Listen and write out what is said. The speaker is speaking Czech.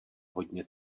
hodně